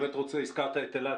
הזכרת את אילת.